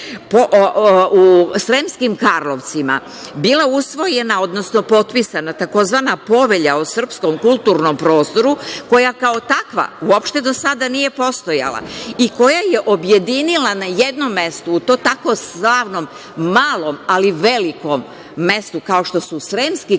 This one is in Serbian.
u Sremskim Karlovcima bila usvojena, odnosno potpisana tzv. poveća o srpskom kulturnom prostoru koja kao takva uopšte do sada nije postojala i koja je objedinila na jednom mestu u tom tako slavnom malo ali velikom mestu kao što su Sremski Karlovci